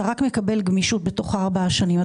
אתה רק מקבל גמישות בתוך ארבע השנים.